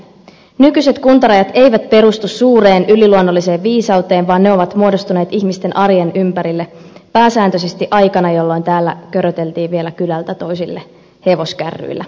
nykyiset kuntarajat eivät perustu suureen yliluonnolliseen viisauteen vaan ne ovat muodostuneet ihmisten arjen ympärille pääsääntöisesti aikana jolloin täällä köröteltiin vielä kylältä toisille hevoskärryillä